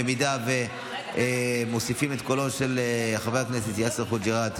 אם מוסיפים את קולו של חבר הכנסת יאסר חוג'יראת,